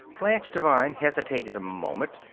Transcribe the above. blanche devine hesitated a moment,